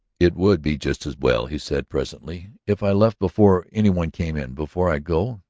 it would be just as well, he said presently, if i left before any one came in. before i go,